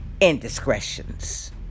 indiscretions